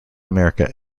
america